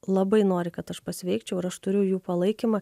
labai nori kad aš pasveikčiau ir aš turiu jų palaikymą